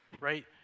right